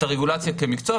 את הרגולציה כמקצוע,